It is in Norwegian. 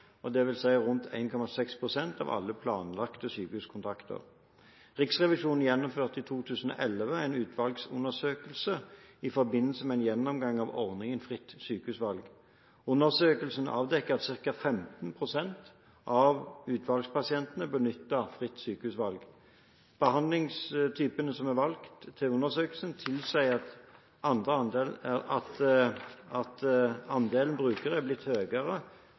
Riksrevisjonen gjennomførte i 2011 en utvalgsundersøkelse i forbindelse med en gjennomgang av ordningen fritt sykehusvalg. Undersøkelsen avdekket at ca. 15 pst. av utvalgspasientene benyttet fritt sykehusvalg. Behandlingstypene som er valgt til undersøkelsen, tilsier at andelen brukere er blitt